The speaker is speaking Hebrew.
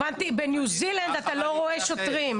אמרתי שבניו זילנד אתה לא רואה שוטרים.